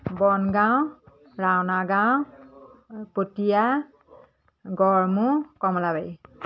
Bongaon Raona Gaon Patia Garmur Kamalabari